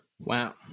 wow